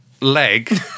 leg